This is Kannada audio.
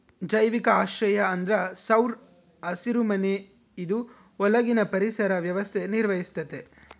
ಜೈವಿಕ ಆಶ್ರಯ ಅಂದ್ರ ಸೌರ ಹಸಿರುಮನೆ ಇದು ಒಳಗಿನ ಪರಿಸರ ವ್ಯವಸ್ಥೆ ನಿರ್ವಹಿಸ್ತತೆ